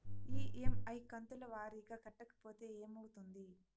EMI కంతుల వారీగా కట్టకపోతే ఏమవుతుంది?